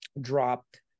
dropped